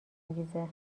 انگیزه